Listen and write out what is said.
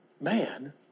man